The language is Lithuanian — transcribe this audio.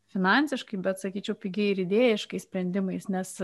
finansiškai bet sakyčiau pigiai ir idėjiškais sprendimais nes